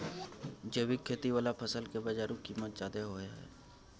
जैविक खेती वाला फसल के बाजारू कीमत ज्यादा होय हय